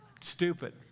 Stupid